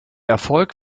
erfolg